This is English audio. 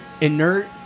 inert